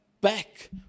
back